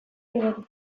eror